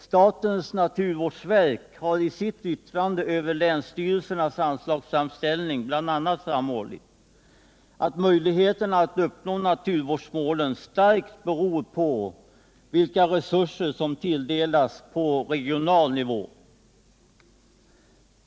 Statens naturvårdsverk har i sitt yttrande över länsstyrelsernas anslagsframställningar bl.a. framhållit att möjligheterna att uppnå naturvårdsmålen starkt beror på vilka resurser som tilldelas verksamheten på regional nivå.